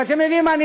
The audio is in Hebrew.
ואתם יודעים מה,